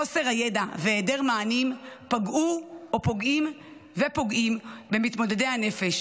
חוסר הידע והיעדר המענים פגעו ופוגעים במתמודדי הנפש.